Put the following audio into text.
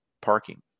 parking